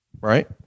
Right